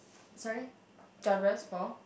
sorry genres for